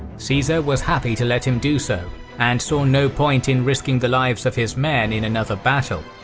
caesar was happy to let him do so and saw no point in risking the lives of his men in another battle.